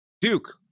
Duke